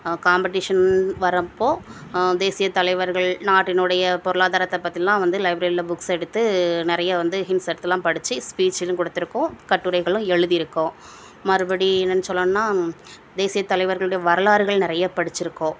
competition வரப்போ தேசியத்தலைவர்கள் நாட்டினுடைய பொருளாதாரத்தை பற்றிலாம் வந்து லைப்ரரியில புக்ஸ் எடுத்து நிறைய வந்து ஹிண்ட்ஸ் எடுத்துலாம் படிச்சு ஸ்பீச்சிலும் கொடுத்துருக்கோம் கட்டுரைகளும் எழுதிருக்கோம் மறுபடி என்னான்னு சொல்லுன்னா தேசியத்தலைவர்களுடைய வரலாறுகள் நிறைய படிச்சுருக்கோம்